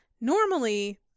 Normally